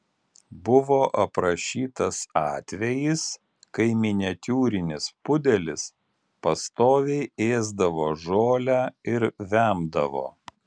buvo aprašytas atvejis kai miniatiūrinis pudelis pastoviai ėsdavo žolę ir vemdavo